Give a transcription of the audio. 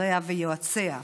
שריה ויועציה,